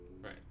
right